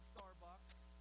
Starbucks